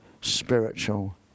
spiritual